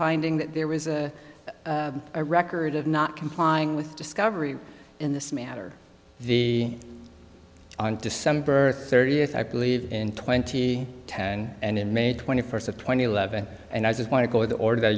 finding that there was a record of not complying with discovery in this matter the on december thirtieth i believe in twenty ten and in may twenty first of two thousand and eleven and i just want to go the order